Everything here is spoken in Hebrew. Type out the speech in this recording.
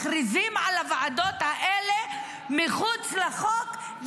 מכריזים על הוועדות האלה מחוץ לחוק,